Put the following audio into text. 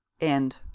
End